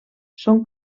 són